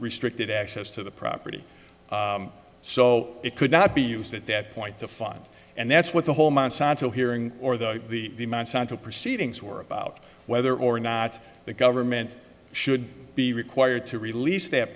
restricted access to the property so it could not be used at that point the fine and that's what the whole monsanto hearing or the the monsanto proceedings were about whether or not the government should be required to release th